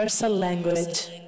language